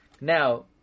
Now